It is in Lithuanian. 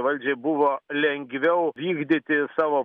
valdžiai buvo lengviau vykdyti savo